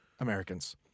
Americans